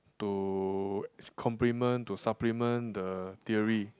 to complement to supplement the theory